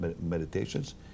meditations